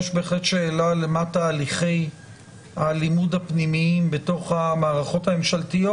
יש בהחלט שאלה למה תהליכי הלימוד הפנימיים בתוך המערכות הממשלתיות,